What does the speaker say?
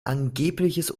angebliches